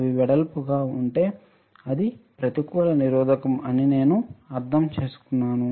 అవి వెడల్పుగా ఉంటే ఇది ప్రతికూల నిరోధకo అని నేను అర్థం చేసుకున్నాను